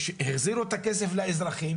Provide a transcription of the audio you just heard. החזירו את הכסף לאזרחים